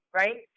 right